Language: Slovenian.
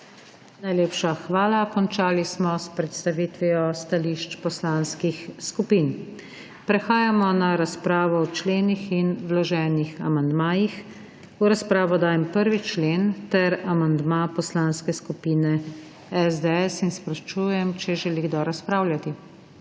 Najlepša hvala. Končali smo s predstavitvijo stališč poslanskih skupin. Prehajamo na razpravo o členih in vloženih amandmajih. V razpravo dajem 1. člen ter amandma poslanske skupine SDS. Sprašujem, če želi kdo razpravljati.